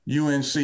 UNC